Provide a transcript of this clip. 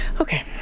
Okay